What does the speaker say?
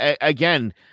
Again